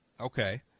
Okay